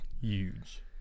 Huge